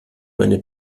meine